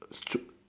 that's true